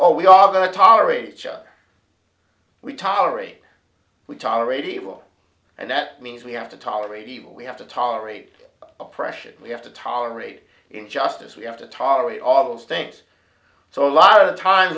oh we are going to tolerate each other we tolerate we tolerate evil and that means we have to tolerate evil we have to tolerate oppression we have to tolerate injustice we have to tolerate all of those things so a lot of t